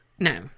No